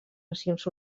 nacions